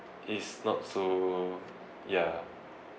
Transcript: is not so ya